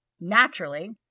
naturally